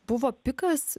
buvo pikas